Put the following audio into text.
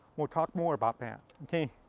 we'll talk more about that, okay?